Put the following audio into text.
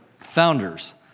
founders